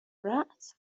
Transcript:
راس